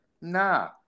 nah